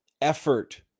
effort